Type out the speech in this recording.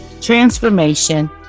transformation